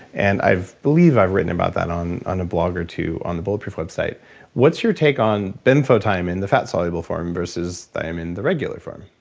and i believe i've written about that on on a blog or two, on the bulletproof website what's your take on benfotiamine, the fat soluble form versus thiamine, the regular form?